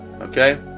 Okay